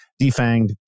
defanged